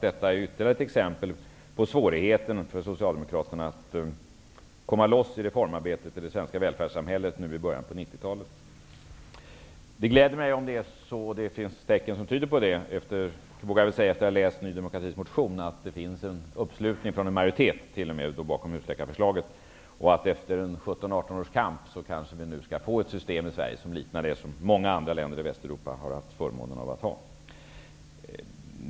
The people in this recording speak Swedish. Detta är ytterligare ett exempel på svårigheten för Socialdemokraterna att komma loss i reformarbetet i det svenska välfärdssamhället i början av 1990-talet. Det gläder mig om det är så -- det finns tecken som tyder på det, och jag vågar säga det efter att ha läst Ny demokratis motion -- att det finns en uppslutning från en majoritet kring husläkarförslaget. Efter 17--18 års kamp kanske vi i Sverige skall få ett system som liknar det som många andra länder i Västeuropa har haft förmånen att ha.